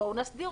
בואו נסדיר.